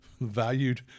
valued